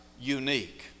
unique